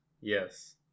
Yes